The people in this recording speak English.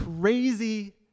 crazy